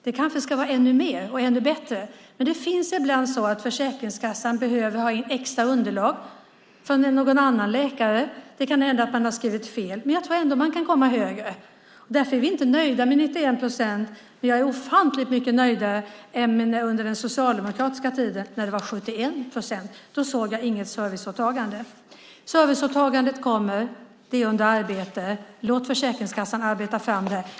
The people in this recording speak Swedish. Det kanske ska vara ännu mer och ännu bättre, men det är ibland så att Försäkringskassan behöver ha in extra underlag från någon annan läkare. Det kan hända att man har skrivit fel. Men jag tror ändå att man kan komma högre. Därför är vi inte nöjda med 91 procent. Men jag är ofantligt mycket nöjdare än under den socialdemokratiska tiden när det var 71 procent. Då såg jag inget serviceåtagande. Serviceåtagandet kommer. Det är under arbete. Låt Försäkringskassan arbeta fram det!